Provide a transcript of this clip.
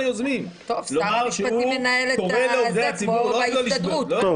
השופטים בעייתיים, מה לעשות?